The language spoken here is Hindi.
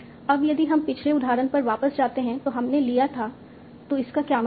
अब यदि हम पिछले उदाहरण पर वापस जाते हैं जो हमने लिया था तो इसका क्या मतलब है